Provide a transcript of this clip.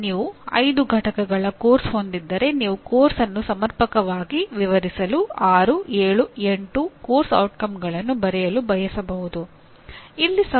ನೀವು ಪ್ರಾಯೋಗಿಕ ದೃಷ್ಟಿಯ ಶಾಲೆಯಲ್ಲಿ ಕಾರ್ಯನಿರ್ವಹಿಸುತ್ತಿದ್ದರೆ ಚಟುವಟಿಕೆಯು ಎಲ್ಲಾ ಬೋಧನೆ ಮತ್ತು ಕಲಿಕೆಯ ಆಧಾರವಾಗಿರುತ್ತದೆ